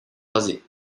rasé